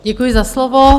Děkuji za slovo.